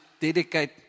dedicate